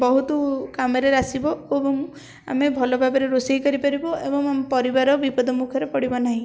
ବହୁତ କାମରେ ଆସିବ ଏବଂ ଆମେ ଭଲ ଭାବରେ ରୋଷେଇ କରିପାରିବୁ ଏବଂ ପରିବାର ବିପଦ ମୁଖରେ ପଡ଼ିବ ନାହିଁ